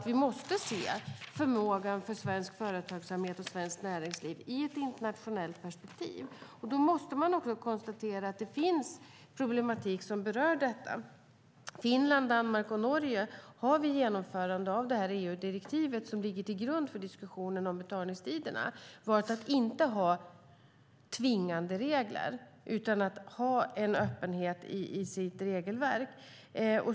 Vi måste se förmågan för svensk företagsamhet och svenskt näringsliv i ett internationellt perspektiv, och då måste vi också konstatera att här finns en problematik. Finland, Danmark och Norge har vid genomförandet av det EU-direktiv som ligger till grund för diskussionen om betalningstiderna valt att inte ha tvingande regler utan i stället ha en öppenhet i sitt regelverk.